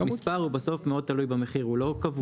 המספר בסוף מאוד תלוי במחיר, הוא לא קבוע.